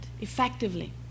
effectively